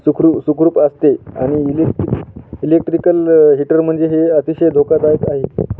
सुखरू सुखरूप असते आणि इलेक्ट्रिक इलेक्ट्रिकल हीटर म्हणजे हे अतिशय धोकादायक आहे